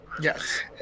Yes